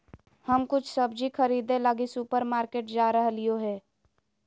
हम कुछ सब्जि खरीदे लगी सुपरमार्केट जा रहलियो हें